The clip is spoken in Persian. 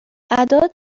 اعداد